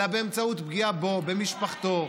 אלא באמצעות פגיעה בו, במשפחתו,